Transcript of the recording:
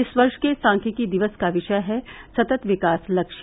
इस वर्ष के साथ्यिकी दिवस का विषय है सतत विकास लक्ष्य